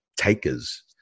takers